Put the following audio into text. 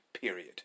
period